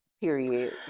Period